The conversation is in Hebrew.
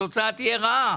התוצאה תהיה רעה.